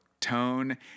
Tone